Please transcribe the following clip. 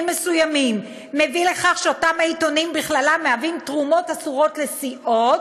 מסוימים מביא לכך שאותם עיתונים בכללם מהווים תרומות אסורות לסיעות,